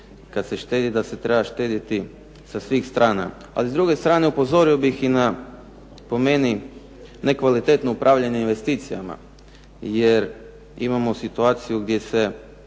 kada se štedi da se treba štediti sa svih strana. Ali s druge strane upozorio bih po meni nekvalitetno upravljanje investicijama, jer imamo situaciju gdje se